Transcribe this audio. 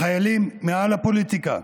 החיילים מעל הפוליטיקה.